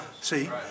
see